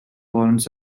warrants